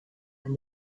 and